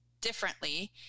differently